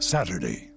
Saturday